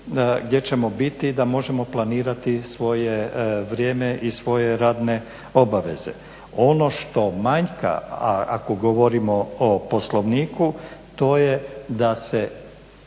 gdje ćemo biti da možemo planirati svoje vrijeme i svoje radne obaveze. Ono što manjka, a ako govorimo o Poslovniku to je da se